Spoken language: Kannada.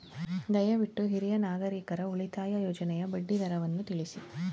ದಯವಿಟ್ಟು ಹಿರಿಯ ನಾಗರಿಕರ ಉಳಿತಾಯ ಯೋಜನೆಯ ಬಡ್ಡಿ ದರವನ್ನು ತಿಳಿಸಿ